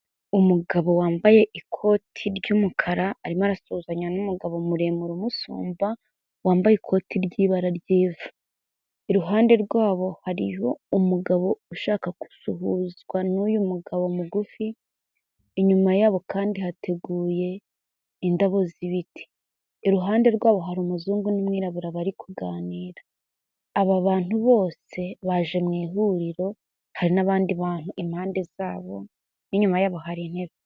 Umugabo wambaye ikoti ry'umukara arimo arasuhuzanya n'umugabo muremure umusumba, wambaye ikoti ry'ibara ry'ivu, iruhande rwabo hariho umugabo ushaka gusuhuzwa n'uyu mugabo mugufi. Inyuma yabo kandi hateguye indabo z'ibiti, iruhande rwabo hari umuzungu n'umwirabura bari kuganira. Aba bantu bose baje mu ihuriro, hari n'abandi bantu impande zabo n'inyuma yabo hari intebe.